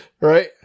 Right